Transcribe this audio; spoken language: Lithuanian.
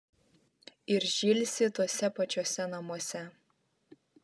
ir žilsi tuose pačiuose namuose